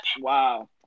Wow